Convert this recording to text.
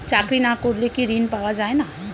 চাকরি না করলে কি ঋণ পাওয়া যায় না?